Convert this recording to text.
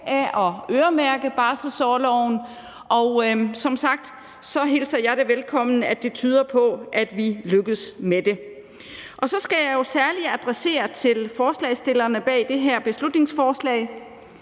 af at øremærke barselsorloven, og som sagt hilser jeg det velkommen, at det tyder på, at vi lykkes med det. Så skal jeg jo særlig med adresse til forslagsstillerne bag det her beslutningsforslag